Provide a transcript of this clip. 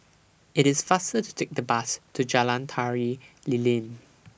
IT IS faster to Take The Bus to Jalan Tari Lilin